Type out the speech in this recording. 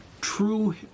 true